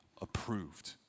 approved